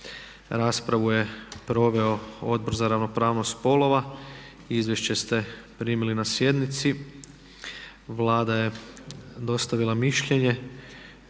Raspravu je proveo Odbor za ravnopravnost spolova. Izvješće ste primili na sjednici. Vlada je dostavila mišljenje.